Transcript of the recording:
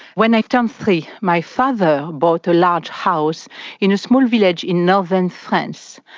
when i turned three, my father bought a large house in a small village in northern france,